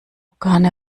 organe